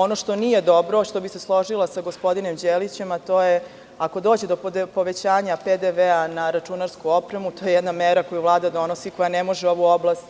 Ono što nije dobro, što bih se složila sa gospodinom Đelićem, a to je, ako dođe do povećanja PDV na računarsku opremu, to je jedna mera koju Vlada donosi, koja ne može ovu oblast